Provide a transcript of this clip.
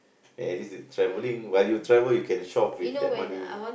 at least travelling while you travel you can shop with that money